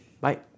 Bye